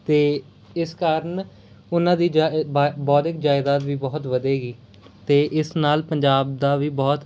ਅਤੇ ਇਸ ਕਾਰਨ ਉਹਨਾਂ ਦੀ ਜਾ ਬ ਬੌਧਿਕ ਜਾਇਦਾਦ ਵੀ ਬਹੁਤ ਵਧੇਗੀ ਅਤੇ ਇਸ ਨਾਲ ਪੰਜਾਬ ਦਾ ਵੀ ਬਹੁਤ